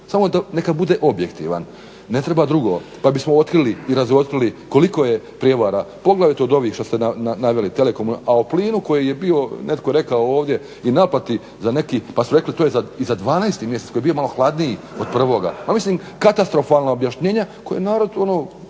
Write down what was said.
samo neka bude objektivan ne treba drugo pa bismo otkrili i razotkrili koliko je prijevara poglavito od ovih što ste naveli telekoma. A o plinu koji je bio netko je rekao ovdje i naplati za neki pa su rekli to je i za 12. mjesec koji je bio malo hladniji od prvoga. Ma mislim, katastrofalna objašnjenja koja narod ono